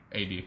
AD